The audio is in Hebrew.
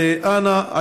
אז אנא,